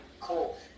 cool